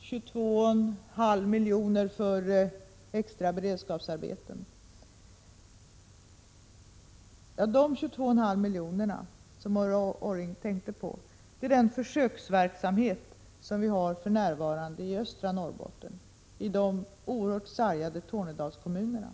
22,5 milj.kr. för extra beredskapsarbeten. Dessa 22,5 milj.kr., som Ulla Orring tänker på, går till den försöksverksamhet som bedrivs i östra Norrbotten, i de oerhört sargade Tornedalskommunerna.